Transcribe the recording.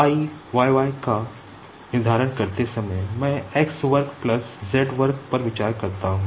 I yy का निर्धारण करते समय मैं x वर्ग प्लस z वर्ग पर विचार करता हु